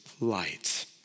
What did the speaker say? light